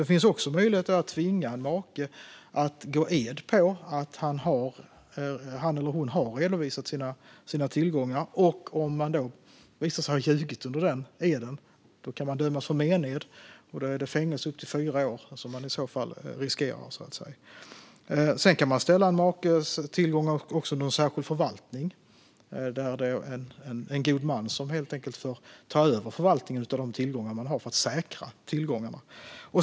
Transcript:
Det finns också möjlighet att tvinga en make att gå ed på att han eller hon har redovisat sina tillgångar. Om man visar sig ha ljugit under ed kan man dömas för mened och riskerar fängelse i fyra år. Sedan kan man också ställa en makes tillgångar under särskild förvaltning. Då är det en god man som helt enkelt får ta över förvaltningen av de tillgångar som finns för att säkra dem.